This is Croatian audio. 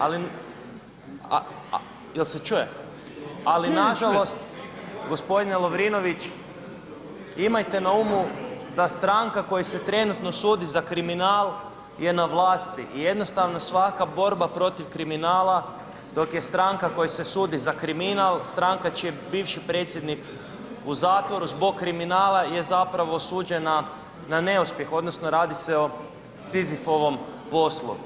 Ali nažalost, gospodine Lovrinović imajte na umu da stranaka kojoj se trenutno sudi za kriminal je na vlasti i jednostavno svaka borba protiv kriminala dok je stranka kojoj se sudi za kriminal stranka čiji je bivši predsjednik u zatvoru zbog kriminala je zapravo osuđena na neuspjeh odnosno radi se o Sizifovom poslu.